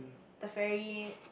the ferry